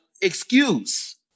excuse